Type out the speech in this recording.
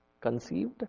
Conceived